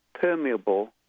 permeable